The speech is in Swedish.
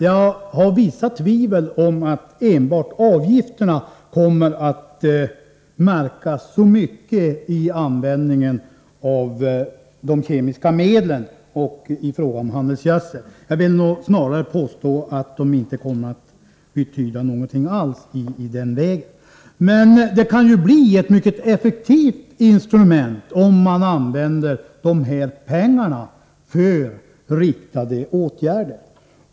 Men jag tvivlar på att enbart avgifterna kommer att åstadkomma någon märkbar förändring ianvändningen av de kemiska medlen och av handelsgödseln. Jag vill snarare påstå att de inte kommer att betyda någonting alls i den vägen. Men det kan bli ett effektivt instrument om man använder dessa pengar för riktade åtgärder.